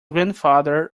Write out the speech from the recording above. grandfather